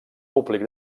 públic